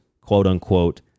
quote-unquote